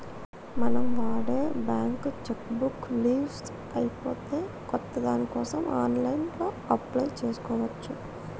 మనం వాడే bank cheque book leafs అయిపోతే కొత్త దానికోసం ఆన్లైన్లో అప్లై చేసుకోవచ్చు